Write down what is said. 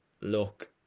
look